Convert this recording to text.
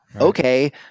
okay